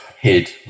hid